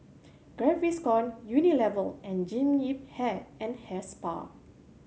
Gaviscon Unilever and Jean Yip Hair and Hair Spa